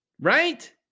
right